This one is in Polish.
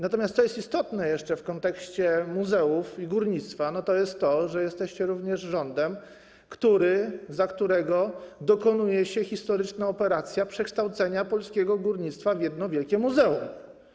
Natomiast to, co jest jeszcze istotne w kontekście muzeów i górnictwa, to jest to, że jesteście również rządem, za którego dokonuje się historyczna operacja przekształcenia polskiego górnictwa w jedno wielkie muzeum.